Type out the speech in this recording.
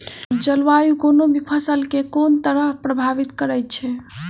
जलवायु कोनो भी फसल केँ के तरहे प्रभावित करै छै?